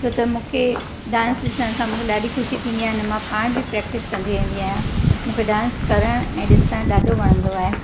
त मूंखे डांस ॾिसण खां मूंखे ॾाढी ख़ुशी थींदी आहे अने मां पाण बि प्रेक्टिस कंदी वेंदी आहियां मूंखे डांस करण ऐं ॾिसण ॾाढो वणंदो आहे